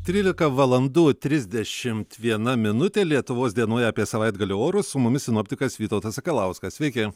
trylika valandų trisdešimt viena minutė lietuvos dienoje apie savaitgalio orus su mumis sinoptikas vytautas sakalauskas sveiki